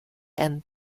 and